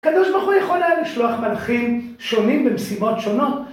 הקדוש ברוך הוא יכול היה לשלוח מלאכים שונים במשימות שונות.